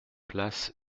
place